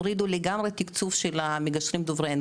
הורידו לגמרי תקצוב של המגשרים דוברי אנגלית.